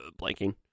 Blanking